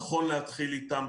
נכון להתחיל איתן.